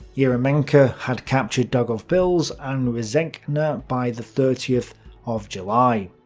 eremenko had captured daugavpils and rezekne you know by the thirtieth of july.